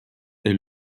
est